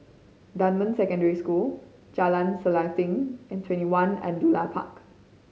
Dunman Secondary School Jalan Selanting and TwentyOne Angullia Park